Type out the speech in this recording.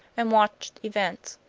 and watched events.